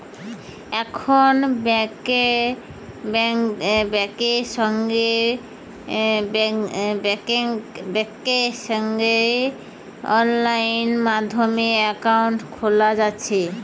এখন বেংকে সঙ্গে সঙ্গে অনলাইন মাধ্যমে একাউন্ট খোলা যাতিছে